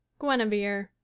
Guinevere